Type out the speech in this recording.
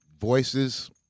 voices